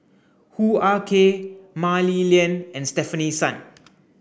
Hoo Ah Kay Mah Li Lian and Stefanie Sun